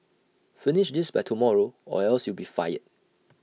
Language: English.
finish this by tomorrow or else you'll be fired